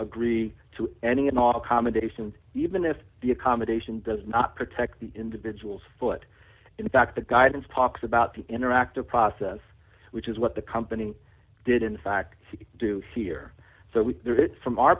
agree to any and all accommodations even if the accommodation does not protect the individual's foot in fact the guidance talks about the interactive process which is what the company did in fact do here so we from our